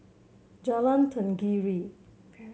Jalan Tenggiri